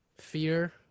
fear